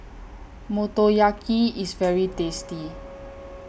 Motoyaki IS very tasty